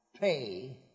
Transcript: pay